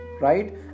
right